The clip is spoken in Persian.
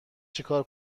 چیکار